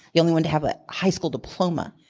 the only one to have a high school diploma.